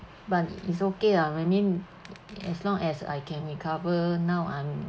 but is okay ah I mean as long as I can recover now I'm